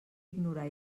ignorar